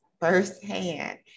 firsthand